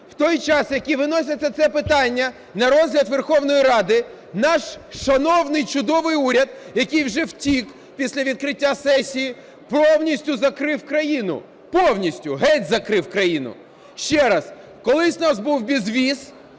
В той час, як виносять це питання на розгляд Верховної Ради, наш шановний чудовий уряд, який вже втік після відкриття сесії, повністю закрив країну. Повністю! Геть закрив країну. Ще раз. Колись у нас був безвіз,